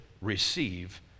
receive